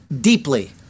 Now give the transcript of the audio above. deeply